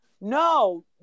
No